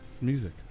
music